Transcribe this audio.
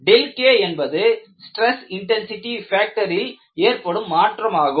K என்பது stress intensity factor இல் ஏற்படும் மாற்றமாகும்